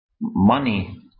money